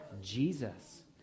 Jesus